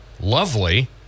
lovely